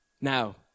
Now